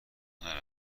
هنر